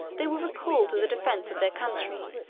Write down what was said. they were recalled to the defence of their country,